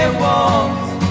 walls